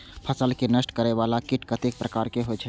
फसल के नष्ट करें वाला कीट कतेक प्रकार के होई छै?